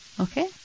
Okay